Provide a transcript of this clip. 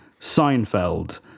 Seinfeld